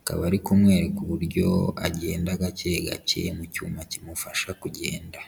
akaba ari kumwereka uburyo agenda gake gake mu cyuma kimufasha kugenda.